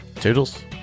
Toodles